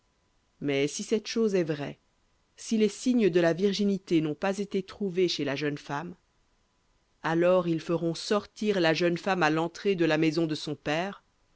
mais si cette chose est vraie si les signes de la virginité n'ont pas été trouvés chez la jeune femme alors ils feront sortir la jeune femme à l'entrée de la maison de son père